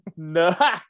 No